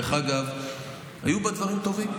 דרך אגב, היו בה דברים טובים.